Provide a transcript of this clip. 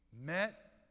met